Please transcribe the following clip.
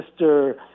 Mr